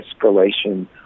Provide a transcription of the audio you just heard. escalation